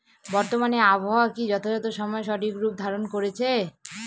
বর্তমানে আবহাওয়া কি যথাযথ সময়ে সঠিক রূপ ধারণ করছে?